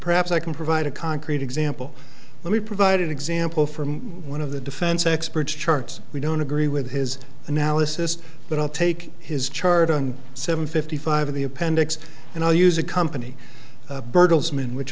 perhaps i can provide a concrete example let me provide an example from one of the defense experts charts we don't agree with his analysis but i'll take his chart on seven fifty five in the appendix and i'll use a company